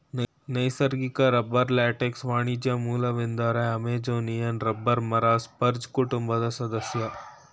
ನೈಸರ್ಗಿಕ ರಬ್ಬರ್ ಲ್ಯಾಟೆಕ್ಸ್ನ ವಾಣಿಜ್ಯ ಮೂಲವೆಂದರೆ ಅಮೆಜೋನಿಯನ್ ರಬ್ಬರ್ ಮರ ಸ್ಪರ್ಜ್ ಕುಟುಂಬದ ಸದಸ್ಯ